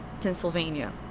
Pennsylvania